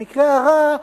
במקרה הרע,